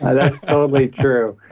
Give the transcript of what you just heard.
that's totally true.